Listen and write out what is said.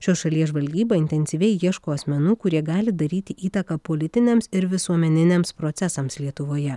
šios šalies žvalgyba intensyviai ieško asmenų kurie gali daryti įtaką politiniams ir visuomeniniams procesams lietuvoje